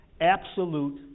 absolute